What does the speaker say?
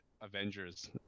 Avengers